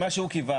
מה שהוא קיווה.